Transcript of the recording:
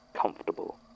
comfortable